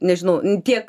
nežinau tiek